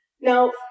Now